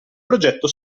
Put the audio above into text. progetto